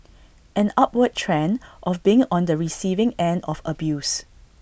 an upward trend of being on the receiving end of abuse